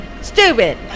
Stupid